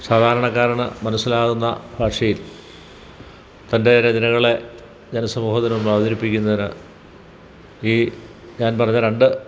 സാധാരണക്കാരന് മനസ്സിലാകുന്ന ഭാഷയിൽ തൻ്റെ രചനകളെ ജനസമൂഹത്തിനു മുന്നിൽ അവതരിപ്പിക്കുന്നതിന് ഈ ഞാൻ പറഞ്ഞ രണ്ട്